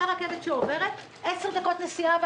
אותה רכבת שעוברת, אמורה לקחת 10 דקות נסיעה.